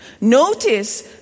Notice